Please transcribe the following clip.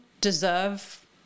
deserve